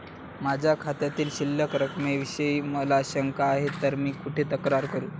माझ्या खात्यावरील शिल्लक रकमेविषयी मला शंका आहे तर मी कुठे तक्रार करू?